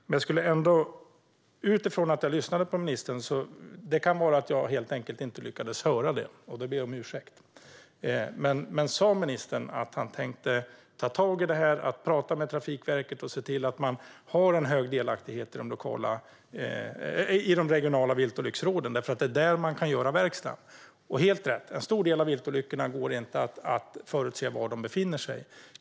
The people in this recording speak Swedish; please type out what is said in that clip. Men när jag lyssnade på ministern - det kan vara så att jag helt enkelt inte lyckades höra det, och då ber jag om ursäkt - tyckte jag att han sa att han tänkte ta tag i det här och prata med Trafikverket för att se till att man har en hög delaktighet i de regionala viltolycksråden, därför att det är där man kan göra verkstad. Det är helt rätt att det för en stor del av viltolyckorna inte går att förutse var de kommer att ske.